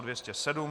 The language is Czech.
207.